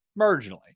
marginally